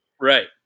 Right